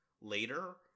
later